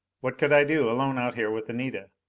what could i do, alone out here with anita,